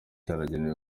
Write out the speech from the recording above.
cyaragenewe